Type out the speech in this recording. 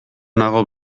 nago